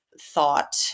thought